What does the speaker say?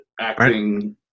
acting